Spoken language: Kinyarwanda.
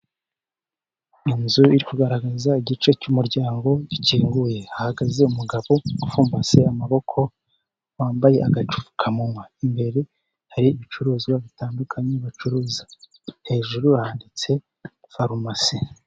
Inzu iri kugaragaza igice cy'umuryango gikinguye, hahagaze umugabo upfumbase amaboko wambaye agapfukamunwa, imbere hari ibicuruzwa bitandukanye bacuruza, hejuru handitse farumasi.